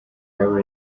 yaba